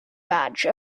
badge